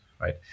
right